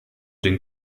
den